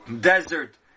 desert